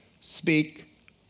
speak